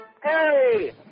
Harry